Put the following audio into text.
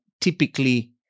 typically